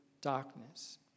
darkness